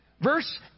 Verse